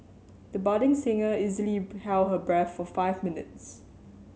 the budding singer easily held her breath for five minutes